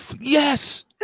Yes